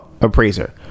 appraiser